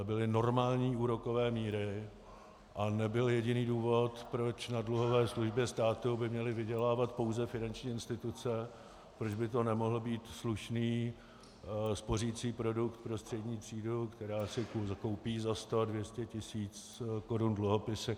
Byly normální úrokové míry a nebyl jediný důvod, proč na dluhové službě státu by měli vydělávat pouze finanční instituce, proč by to nemohl být slušný spořicí produkt pro střední třídu, která si koupí za sto, dvě stě tisíc korun dluhopisy.